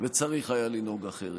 וצריך היה לנהוג אחרת.